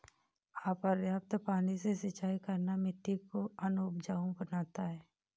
अपर्याप्त पानी से सिंचाई करना मिट्टी को अनउपजाऊ बनाता है